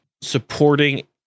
supporting